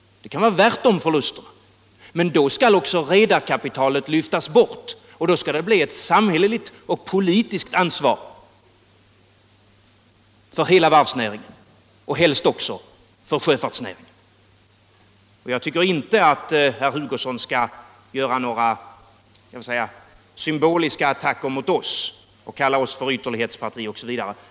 Det kan vara värt de förlusterna. Men då skall också redarkapitalet lyftas bort och det bli ett samhälleligt och politiskt ansvar för hela varvsnäringen och helst också för sjöfartsnäringen. Jag tycker inte att herr Hugosson skall göra några ”symboliska” attacker mot oss och kalla oss för ytterlighetsparti osv.